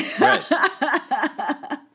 Right